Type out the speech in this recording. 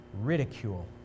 ridicule